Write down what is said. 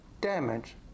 damage